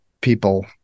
people